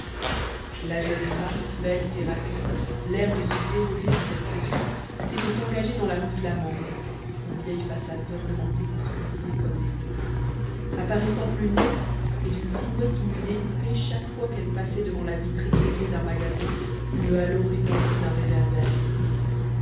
la jeune femme svelte et rapide l'air de se dérober à cette poursuite s'était engagée dans la rue flamande aux vieilles façades ornementées et sculptées comme des poupes apparaissant plus nette et d'une silhouette mieux découpée chaque fois qu'elle passait devant la vitrine éclairée d'un magasin ou le halo répandu d'un réverbère